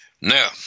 Now